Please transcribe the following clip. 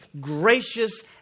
gracious